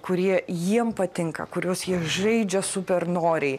kurie jiem patinka kuriuos jie žaidžia super noriai